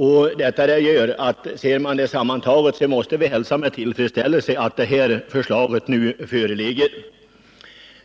Om man ser på resultaten sammantaget måste man därför hälsa med tillfredsställelse att det nu blivit resultat. 1974